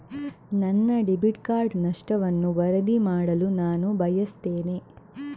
ನನ್ನ debit card ನಷ್ಟವನ್ನು ವರದಿ ಮಾಡಲು ನಾನು ಬಯಸ್ತೆನೆ